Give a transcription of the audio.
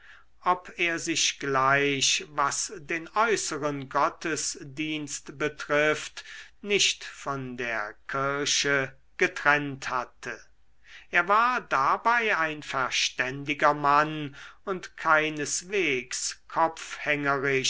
ob er sich gleich was den äußeren gottesdienst betrifft nicht von der kirche getrennt hatte er war dabei ein verständiger mann und keineswegs